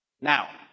Now